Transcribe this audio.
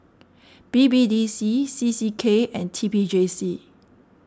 B B D C C C K and T P J C